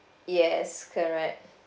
yes correct